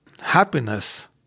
happiness